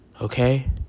Okay